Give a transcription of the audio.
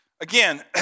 again